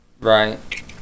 Right